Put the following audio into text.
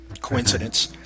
coincidence